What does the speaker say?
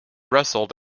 wrestled